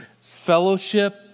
fellowship